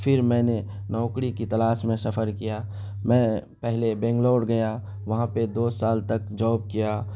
پھر میں نے نوکری کی تلاش میں سفر کیا میں پہلے بنگلور گیا وہاں پہ دو سال تک جاب کیا